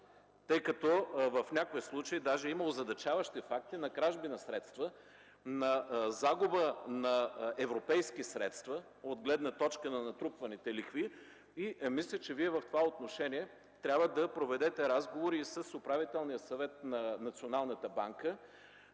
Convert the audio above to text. Тъй като в някои случаи даже има озадачаващи факти на кражби на средства, на загуба на европейски средства, от гледна точка на натрупваните лихви. Мисля, че в това отношение Вие трябва да проведете разговори и с Управителния съвет на националната банка,